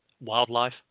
wildlife